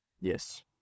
Yes